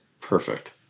Perfect